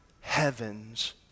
heaven's